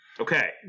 Okay